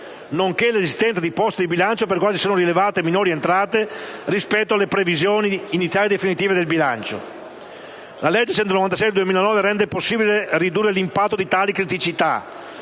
nonché 1'esistenza di poste di bilancio per le quali si sono rilevate minori entrate rispetto alle previsioni iniziali e definitive di bilancio. La legge n. 196 del 2009 rende possibile ridurre l'impatto di tali criticità.